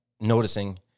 noticing